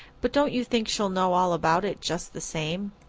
but don't you think she'll know all about it, just the same?